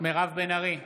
מירב בן ארי,